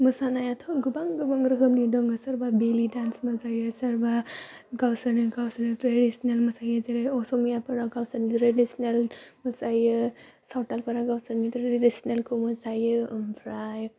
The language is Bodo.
मोसानायाथ' गोबां गोबां रोखोमनि दं सोरबा बेलि दान्स मोसायो सोरबा गावसिनि गावसिनि ट्रेदिसनेल गान मोसायो जेरै असमियाफोरा गावसिनि ट्रेदिसेनेल मोसायो सावटालफोरा गावसोरनि ट्रेदिसेनेलखौ मोसायो ओमफ्राय